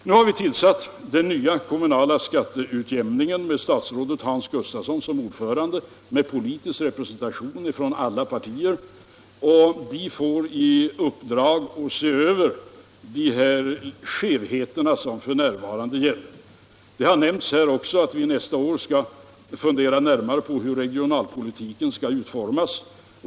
Nu har vi tillsatt den nya utredningen om den kommunala skatteutjämningen med statsrådet Hans Gustafsson som ordförande och med politisk representation från alla partier, och den får i uppdrag att se över de skevheter som f.n. finns. Här har också nämnts att vi nästa år skall fundera närmare på hur regionalpolitiken skall utformas.